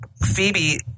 Phoebe